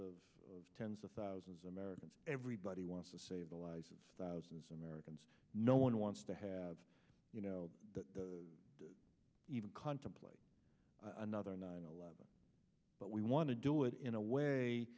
lives of tens of thousands americans everybody wants to save the lives of thousands americans no one wants to have you know that to even contemplate another nine eleven but we want to do it in a way